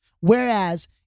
Whereas